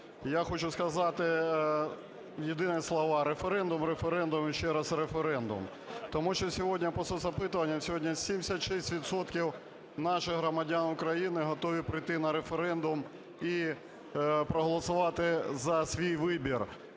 Я хочу сказати єдині слова: референдум, референдум і ще раз референдум. Тому що сьогодні по соцопитуванням сьогодні 76 відсотків наших громадян України готові прийти на референдум і проголосувати за свій вибір: